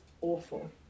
awful